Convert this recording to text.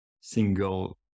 single